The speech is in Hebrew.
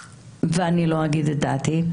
ואני לא אגיד את דעתי,